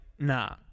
Nah